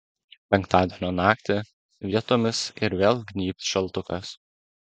penktadienio naktį vietomis ir vėl gnybs šaltukas